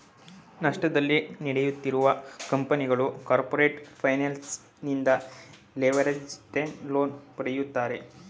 ನಷ್ಟದಲ್ಲಿ ನಡೆಯುತ್ತಿರುವ ಕಂಪನಿಗಳು ಕಾರ್ಪೊರೇಟ್ ಫೈನಾನ್ಸ್ ನಿಂದ ಲಿವರೇಜ್ಡ್ ಲೋನ್ ಪಡೆಯುತ್ತಾರೆ